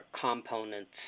components